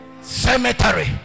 Cemetery